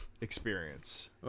experience